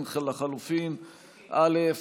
לחלופין א'